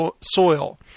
soil